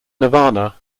nirvana